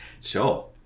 sure